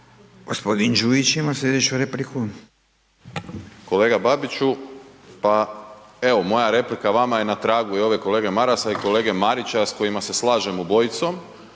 **Đujić, Saša (SDP)** Kolega Babiću, pa evo moja replika vama je na tragu i ove kolege Marasa i kolege Marića s kojima se slažem obojicom.